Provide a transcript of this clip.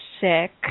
sick